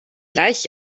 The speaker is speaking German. gleich